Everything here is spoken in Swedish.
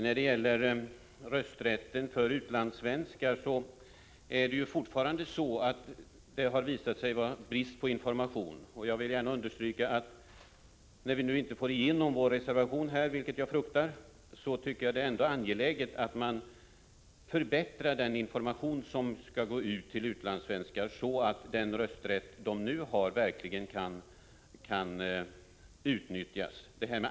När det gäller rösträtten för utlandssvenskar visar det sig fortfarande vara brist på information. Jag vill gärna understryka att när vi nu inte, som jag fruktar, får igenom vår reservation, så är det ändå angeläget att förbättra den information som skall gå ut till utlandssvenskar, så att den rösträtt de nu har kan utnyttjas.